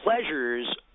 pleasures